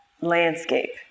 landscape